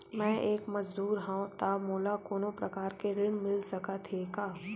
मैं एक मजदूर हंव त मोला कोनो प्रकार के ऋण मिल सकत हे का?